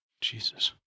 Jesus